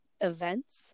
events